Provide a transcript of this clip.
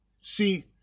See